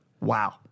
wow